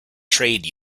trade